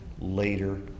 later